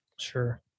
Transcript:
Sure